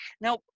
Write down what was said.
now